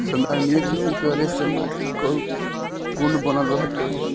संधारनीय खेती करे से माटी कअ गुण बनल रहत हवे